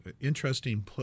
interesting